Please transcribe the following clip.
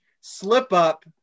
slip-up